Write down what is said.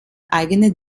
eigene